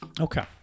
okay